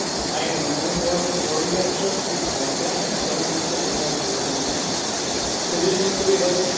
نہیں نہیں میرے پاس جو گاڑی ہے سب ٹھیک ٹھاک ہیں ہے نہ کہیں دقت ہونے والی بات نہیں ہے کتنے دِنوں کے لیے گاڑی